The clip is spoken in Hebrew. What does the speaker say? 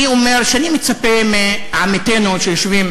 אני אומר שאני מצפה מעמיתינו שיושבים